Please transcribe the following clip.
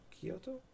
Kyoto